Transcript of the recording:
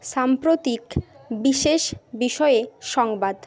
সাম্প্রতিক বিশেষ বিষয়ে সংবাদ